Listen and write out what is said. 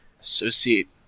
Associate